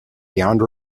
beyond